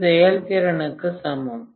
இது செயல்திறனுக்கு சமம்